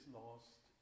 lost